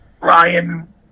Ryan